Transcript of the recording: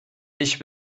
ich